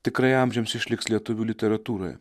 tikrai amžiams išliks lietuvių literatūroje